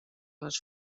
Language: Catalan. les